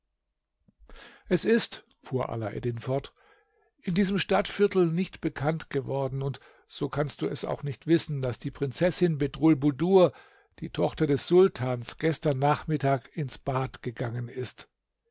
es ist fuhr alaeddin fort in diesem stadtviertel nicht bekannt geworden und so kannst du es auch nicht wissen daß die prinzessin bedrulbudur die tochter des sultans gestern nachmittag ins bad gegangen ist